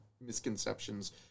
misconceptions